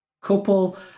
couple